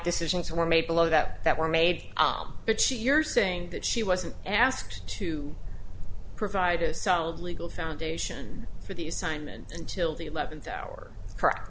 decisions were made below that that were made but she you're saying that she wasn't asked to provide a solid legal foundation for the assignment until the eleventh hour c